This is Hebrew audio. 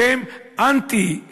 שהם אנטי,